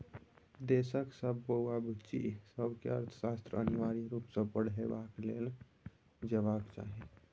देशक सब बौआ बुच्ची सबकेँ अर्थशास्त्र अनिवार्य रुप सँ पढ़ाएल जेबाक चाही